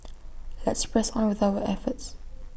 let's press on with our efforts